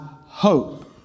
hope